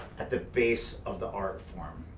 at the base of the art form,